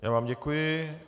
Já vám děkuji.